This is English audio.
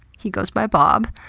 he goes by bob,